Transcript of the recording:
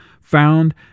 found